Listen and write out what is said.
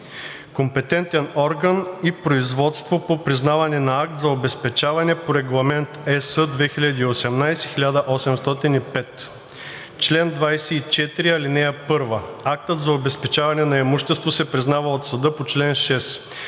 Компетентен орган и производство по признаване на акт за обезпечаване по Регламент (ЕС) 2018/1805 Чл. 24. (1) Актът за обезпечаване на имущество се признава от съда по чл. 6.